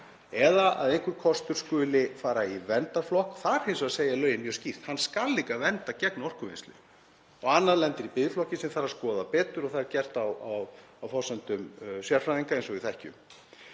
eða að einhver kostur skuli fara í verndarflokk. Þar hins vegar segja lögin mjög skýrt: Hann skal líka vernda gegn orkuvinnslu. Annað lendir í biðflokki sem þarf að skoða betur og það er gert á forsendum sérfræðinga eins og við þekkjum.